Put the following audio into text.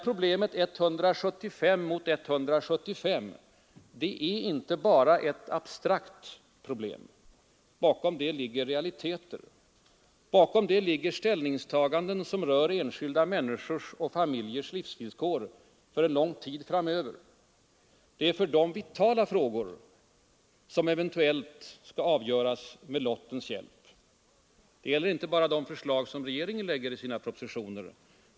Problemet 175 mot 175 är inte bara ett abstrakt problem. Bakom det ligger realiteter, bakom det ligger ställningstaganden som rör enskilda människors och familjers livsvillkor för en lång tid framöver. Det är för dem vitala frågor som eventuellt skall avgöras med lottens hjälp. Det gäller inte bara de förslag som regeringen lägger i sina propositioner.